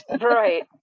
Right